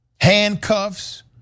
handcuffs